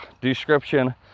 description